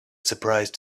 surprise